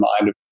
mind